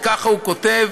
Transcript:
וככה הוא כותב,